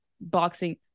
boxing